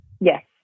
Yes